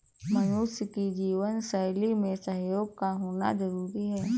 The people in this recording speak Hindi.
मनुष्य की जीवन शैली में सहयोग का होना जरुरी है